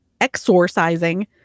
exorcising